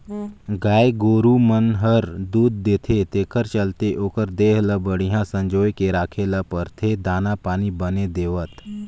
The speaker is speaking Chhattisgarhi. गाय गोरु मन हर दूद देथे तेखर चलते ओखर देह ल बड़िहा संजोए के राखे ल परथे दाना पानी बने देवत